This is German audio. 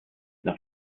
nach